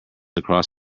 across